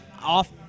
off